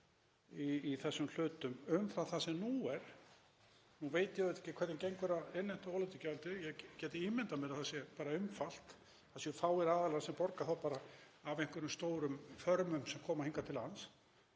í þessum hlutum umfram það sem nú er. Nú veit ég auðvitað ekki hvernig gengur að innheimta olíugjaldið en ég gæti ímyndað mér að það sé bara einfalt, það séu fáir aðilar sem borga þá bara af einhverjum stórum förmum sem koma hingað til lands,